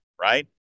right